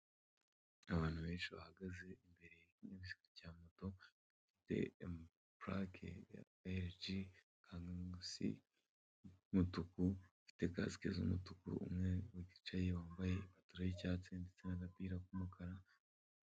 Abantu benshi bahagaze imbere y'ikinyabiziga cya moto, purake ya ERG, kandi munsi y'umutuku ufite gasike z'umutuku. Umwe mubicaye aho yambaye ipantaro y'icyatsi ndetse n'agapira k'umukara.